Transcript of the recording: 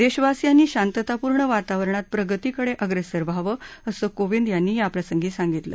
देशवासियांनी शांततापूर्ण वातावरणात प्रगतीकडे अग्रेसर व्हावं असं कोविंद यांनी याप्रसंगी सांगितलं